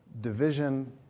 Division